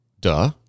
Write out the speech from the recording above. Duh